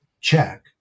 Check